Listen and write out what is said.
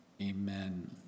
amen